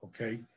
okay